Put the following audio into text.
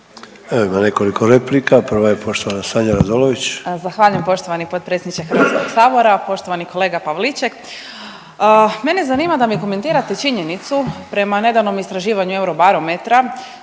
Ima nekoliko replika, prva je poštovana Sanja Radolović. **Radolović, Sanja (SDP)** Zahvaljujem poštovani potpredsjedniče Hrvatskog sabora. Poštovani kolega Pavliček, mene zanima da mi komentirate činjenicu prema nedavnom istraživanju Eurobarometra